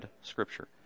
Scripture